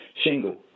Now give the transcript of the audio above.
shingle